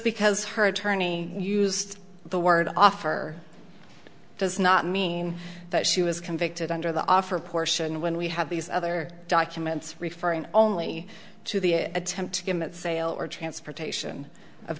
because her attorney used the word offer does not mean that she was convicted under the law for portion when we have these other documents referring only to the attempt to get at the sale or transportation of